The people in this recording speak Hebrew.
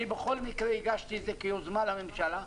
אני בכל מקרה הגשתי את זה כיוזמה לממשלה.